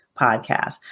podcast